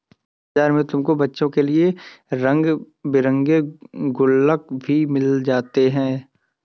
बाजार में तुमको बच्चों के लिए रंग बिरंगे गुल्लक भी मिल जाएंगे